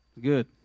good